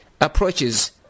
approaches